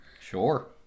Sure